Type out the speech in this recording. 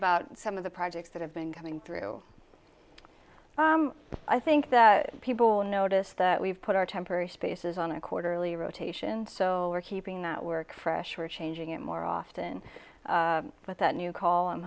about some of the projects that have been coming through i think that people notice that we've put our temporary spaces on a quarterly rotation so we're keeping that work fresh or changing it more often with that new call i'm